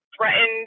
threatened